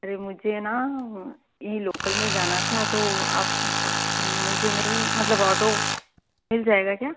अरे मुझे न यहीं लोकल में जाना था तो आप मुझे मिल मतलब आटो मिल जाएगा क्या